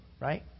right